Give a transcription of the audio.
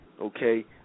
okay